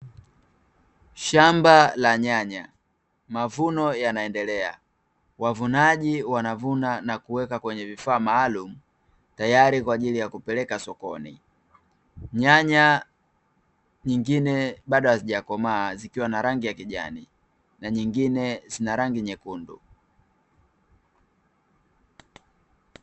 Shamba la nyanya, mavuno yanaendelea. Wavunaji wanavuna na kuweka kwenye vifaa maalum, tayari kwa ajili ya kupeleka sokoni. Nyanya nyingine bado hazijakomaa, zikiwa na rangi ya kijani, na nyingine zina rangi nyekundu.